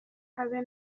habe